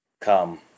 Come